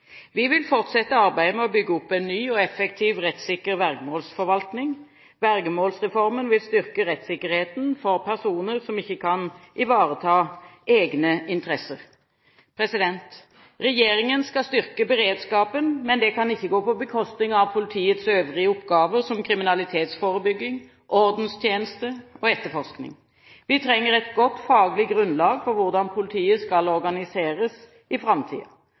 Vi vil fortsette arbeidet med å bygge opp en ny, effektiv og rettssikker vergemålsforvaltning. Vergemålsreformen vil styrke rettssikkerheten for personer som ikke kan ivareta egne interesser. Regjeringen skal styrke beredskapen, men det kan ikke gå på bekostning av politiets øvrige oppgaver som kriminalitetsforebygging, ordenstjeneste og etterforskning. Vi trenger et godt faglig grunnlag for hvordan politiet skal organiseres i